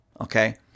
okay